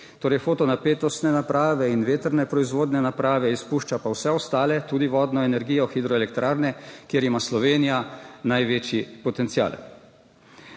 torej fotonapetostne naprave in vetrne proizvodne naprave, izpušča pa vse ostale, tudi vodno energijo, hidroelektrarne, kjer ima Slovenija največji potencial.